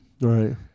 Right